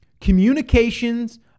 Communications